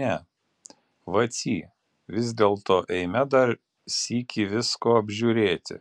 ne vacy vis dėlto eime dar sykį visko apžiūrėti